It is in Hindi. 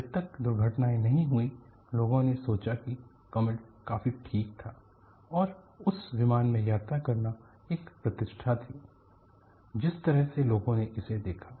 जब तक दुर्घटनाएँ नहीं हुईं लोगों ने सोचा कि कॉमेट काफी ठीक था और उस विमान में यात्रा करना एक प्रतिष्ठा थी जिस तरह से लोगों ने इसे देखा